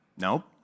Nope